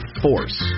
force